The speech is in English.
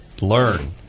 learn